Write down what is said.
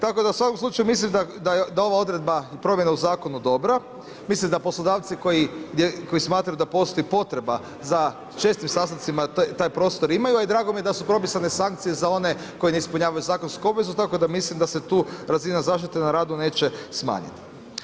Tako da u svakom slučaju mislim da ova odredba i promjena u zakonu dobra, mislim da poslodavci koji smatraju da postoji potreba za čestim sastancima taj prostor imaju, a i drago mi je da su propisane sankcije za one koji ne ispunjavaju zakonsku obvezu tako da mislim da se tu razina zaštite na radu neće smanjiti.